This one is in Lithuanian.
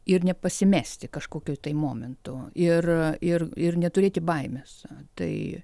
ir nepasimesti kažkokiu tai momentu ir ir ir neturėti baimės tai